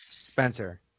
Spencer